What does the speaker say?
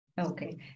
Okay